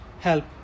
help